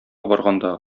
барганда